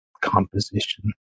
composition